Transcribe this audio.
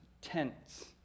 tents